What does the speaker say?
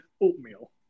oatmeal